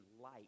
light